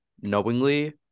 knowingly